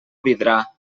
vidrà